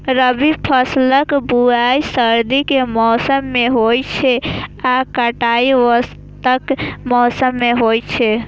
रबी फसलक बुआइ सर्दी के मौसम मे होइ छै आ कटाइ वसंतक मौसम मे होइ छै